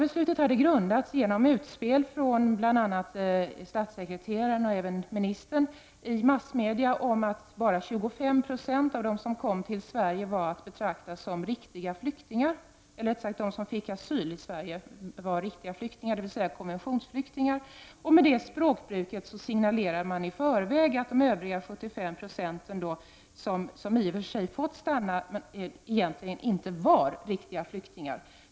Beslutet hade grundats genom utspel från bl.a. statssekreteraren, och även ministern, i massmedia om att bara 25 Ze av dem som fick asyl i Sverige var att betrakta som riktiga flyktingar, dvs. konventionsflyktingar. Med det språkbruket signalerade man i förväg att de övriga 75 procenten, som i och för sig fått stanna, egentligen inte var riktiga flyktingar.